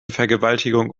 vergewaltigung